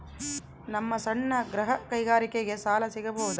ನಮ್ಮ ಸಣ್ಣ ಗೃಹ ಕೈಗಾರಿಕೆಗೆ ಸಾಲ ಸಿಗಬಹುದಾ?